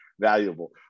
valuable